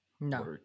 No